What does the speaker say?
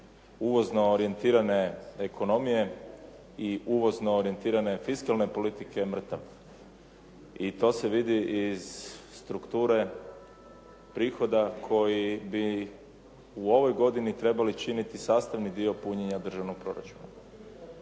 uvozno orijentirane ekonomije i uvozno orijentirane fiskalne politike mrtav i to se vidi iz strukture prihoda koji bi u ovoj godini trebali činiti sastavni dio punjenja državnog proračuna.